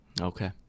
Okay